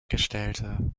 gestellte